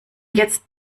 jetzt